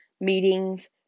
meetings